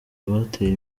rwateye